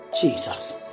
Jesus